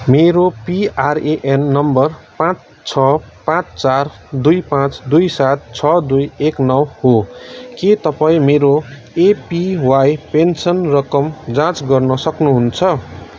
मेरो PRAN number पाँच छ पाँच चार दुई पाँच दुई सात छ दुई एक नौ हो के तपाईँँ मेरो एपिवाई पेन्सन रकम जाँच गर्न सक्नुहुन्छ